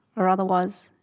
or otherwise,